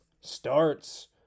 starts